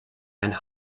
and